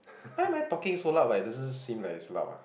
why am I talking so loud but it doesn't seem like it's loud ah